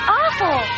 awful